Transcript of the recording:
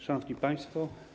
Szanowni Państwo!